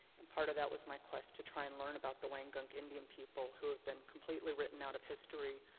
and part of that was my quest to try to and learn about the wangunk indian people, who have been completely written out of history.